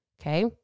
okay